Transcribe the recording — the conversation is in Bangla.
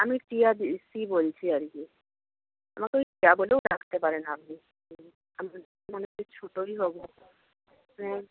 আমি টিয়াদি বলছি আর কি আমাকে ওই টিয়া বলেও ডাকতে পারেন আপনি মনে হয় ছোটোই হবো